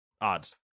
Odds